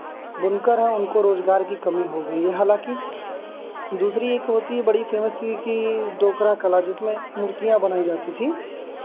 बुनकर हैं उनको रोज़गार की कमी हो गई है हालांकि दूसरी एक होती है बड़ी फे़मस चीज़ कि डोकरा कला जिसमें मूर्तियाँ बनाई जाती थीं